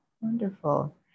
wonderful